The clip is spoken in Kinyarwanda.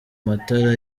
matara